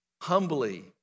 humbly